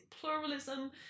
pluralism